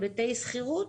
בהיבטי שכירות,